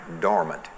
dormant